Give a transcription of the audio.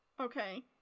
Okay